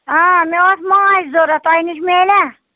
آ مےٚ اوس مانٛچھ ضروٗرت تۄہہِ نِش میلاہ